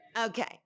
Okay